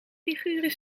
figuren